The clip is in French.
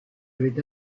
avait